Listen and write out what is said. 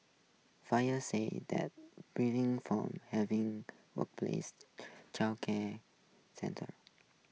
fire said that from having workplace childcare centres